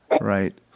Right